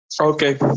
Okay